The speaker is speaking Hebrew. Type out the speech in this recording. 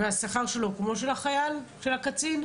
והשכר שלו הוא כמו של הקצין החייל?